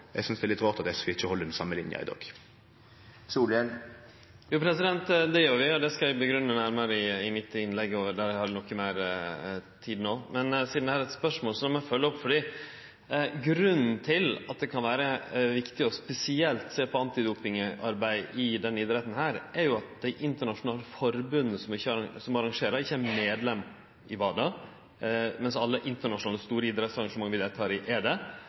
Eg synest det er litt rart at SV ikkje held den same linja i dag. Jo, det gjer vi, og det skal eg grunngje nærmare i mitt innlegg, då vil eg ha noko meir tid enn no. Men sidan eg har eit spørsmål, må eg følgje opp. Grunnen til at det kan vere viktig spesielt å sjå på antidopingarbeid i denne idretten, er at dei internasjonale forbunda som arrangerer, ikkje er medlem i WADA, mens alle internasjonale store idrettsarrangement vi deltek i, er det,